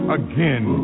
again